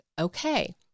okay